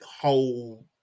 whole